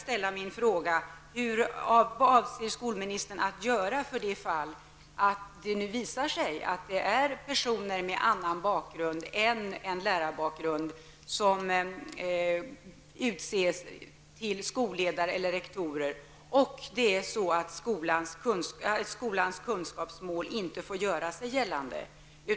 Jag vill återigen fråga skolministern: Vad avser skolministern göra för det fall det visar sig att det är personer med annan bakgrund än lärarbakgrund som utses till skolledare eller rektorer och skolans kunskapsmål inte får göra sig gällande?